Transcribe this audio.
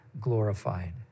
glorified